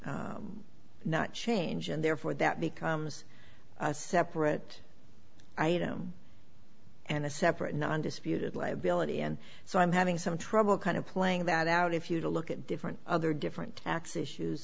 not change and therefore that becomes a separate item and a separate non disputed liability and so i'm having some trouble kind of playing that out if you to look at different other different tax issues